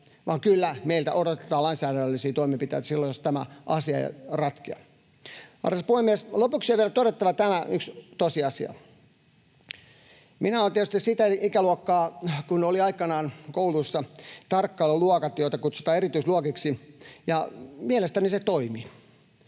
vaan kyllä meiltä odotetaan lainsäädännöllisiä toimenpiteitä silloin, jos tämä asia ei ratkea. Arvoisa puhemies! Lopuksi on vielä todettava yksi tosiasia. Minä olen tietysti sitä ikäluokkaa, kun kouluissa oli aikanaan tarkkailuluokat, joita kutsutaan erityisluokiksi, ja mielestäni se toimi.